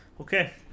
okay